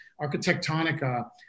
Architectonica